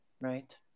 right